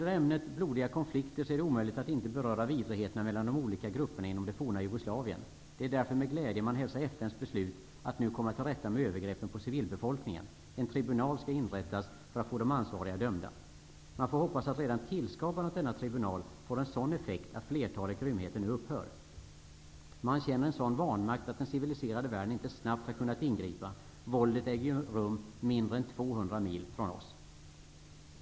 I ämnet blodiga konflikter är det omöjligt att låta bli att beröra vidrigheterna beträffande de olika grupperna inom det forna Jugoslavien. Det är därför som man med glädje hälsar FN:s beslut om att åtgärder nu skall vidtas för att det skall gå att komma till rätta med övergreppen på civilbefolkningen. En tribunal skall inrättas för att få de ansvariga dömda. Man får hoppas att redan tillskapandet av denna tribunal får en sådan effekt att flertalet grymheter upphör. Man känner en sådan vanmakt över att den civiliserade världen inte snabbt har kunnat ingripa. Våldet äger ju rum mindre än 200 mil från oss.